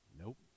Nope